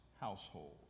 household